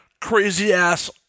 crazy-ass